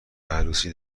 عروسی